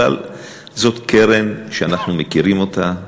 אבל זאת קרן שאנחנו מכירים אותה,